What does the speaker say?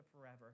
forever